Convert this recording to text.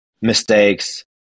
mistakes